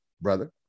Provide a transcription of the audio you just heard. brother